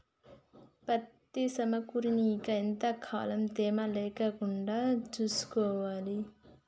పత్తి సమకూరినాక ఎంత కాలం తేమ లేకుండా చూసుకోవాలి?